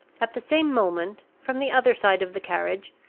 at the same moment, from the other side of the carriage,